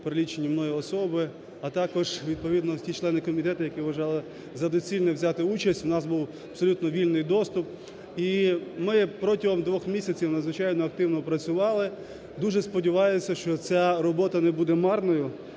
перелічені мною особи. А також відповідно ті члени комітету, які вважали за доцільне взяти участь, у нас був абсолютно вільний доступ. І ми протягом двох місяців надзвичайно активно працювали. Дуже сподіваюся, що ця робота не буде марною.